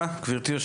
בבקשה, ליאור גבאי.